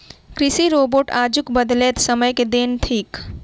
कृषि रोबोट आजुक बदलैत समय के देन थीक